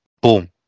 boom